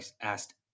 asked